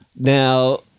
Now